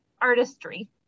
artistry